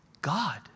God